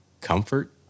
Comfort